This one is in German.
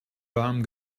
warm